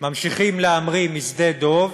ממשיכים להמריא משדה-דב,